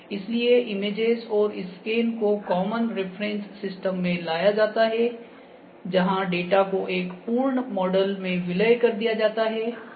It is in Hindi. इसलिए इमेजेस और स्कैन को कॉमन रेफ़्रेन्स सिस्टम में लाया जाता है जहां डेटा को एक पूर्ण मॉडल में विलय कर दिया जाता है